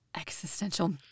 existential